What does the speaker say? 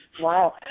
Wow